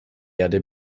erde